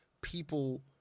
people